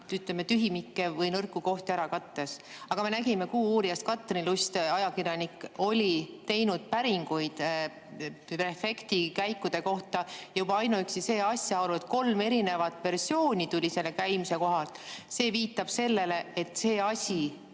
ütleme, tühimikke või nõrku kohti ära kattes. Aga me nägime "Kuuuurijast", et Katrin Lust, ajakirjanik, oli teinud päringuid prefekti käikude kohta. Juba ainuüksi see asjaolu, et kolm erinevat versiooni tuli selle käimise kohta, viitab, et see asi